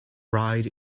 ride